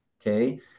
Okay